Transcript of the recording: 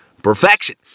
perfection